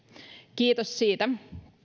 kiitos siitä